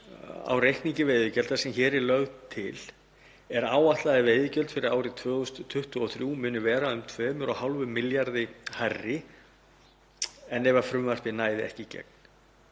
á reikningi veiðigjalds sem hér er lögð til er áætlað að veiðigjald fyrir árið 2023 muni vera um 2,5 milljörðum hærra en ef frumvarpið næði ekki í gegn.